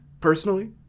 personally